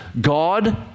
God